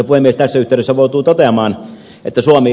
tässä yhteydessä joutuu toteamaan että suomi